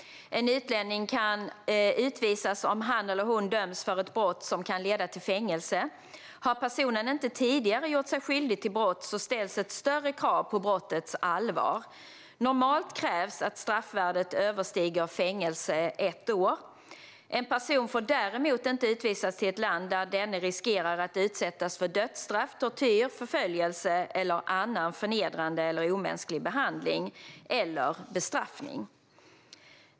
En utlänning kan utvisas om han eller hon döms för ett brott som kan leda till fängelse. Har personen inte tidigare gjort sig skyldig till brott ställs ett större krav på brottets allvar. Normalt krävs att straffvärdet överstiger fängelse i ett år. En person får däremot inte utvisas till ett land där denne riskerar att utsättas för dödsstraff, tortyr, förföljelse eller annan förnedrande eller omänsklig behandling eller bestraffning.